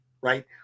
right